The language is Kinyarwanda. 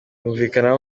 yumvikanamo